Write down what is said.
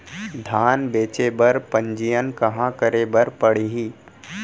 धान बेचे बर पंजीयन कहाँ करे बर पड़ही?